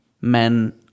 men